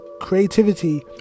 creativity